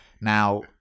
now